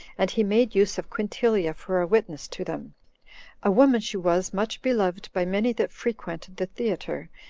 and he made use of quintilia for a witness to them a woman she was much beloved by many that frequented the theater,